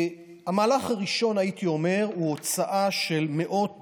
המהלך הראשון, הייתי אומר שהוא הוצאה של מאות